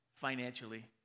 financially